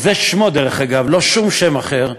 וזה שמו, דרך אגב, לא שום שם אחר,